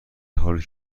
حالی